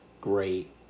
great